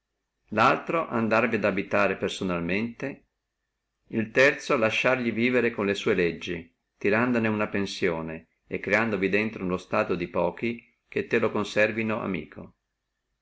laltro andarvi ad abitare personalmente el terzo lasciarle vivere con le sua legge traendone una pensione e creandovi drento uno stato di pochi che te le conservino amiche